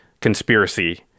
Conspiracy